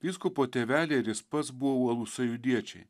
vyskupo tėveliai ir jis pats buvo uolūs sąjūdiečiai